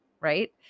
right